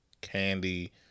candy